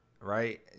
right